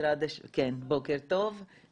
אני רוצה